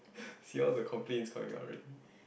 see all the complain is coming out already